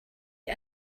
you